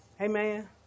Amen